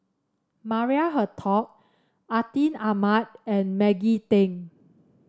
Maria Hertogh Atin Amat and Maggie Teng